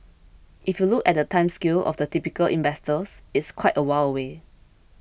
if you look at the time scale of the typical investor it's quite a while away